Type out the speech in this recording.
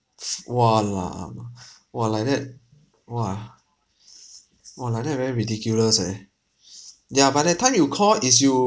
!walao! ah !wah! like that !wah! !wah! like that very ridiculous eh ya but that time you call is you